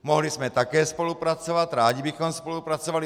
Mohli jsme také spolupracovat, rádi bychom spolupracovali.